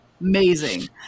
amazing